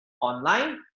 online